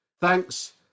Thanks